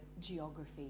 geography